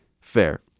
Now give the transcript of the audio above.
Fair